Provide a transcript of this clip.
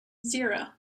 zero